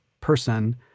person